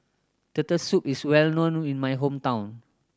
Turtle Soup is well known in my hometown